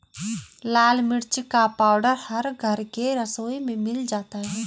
लाल मिर्च का पाउडर हर घर के रसोई में मिल जाता है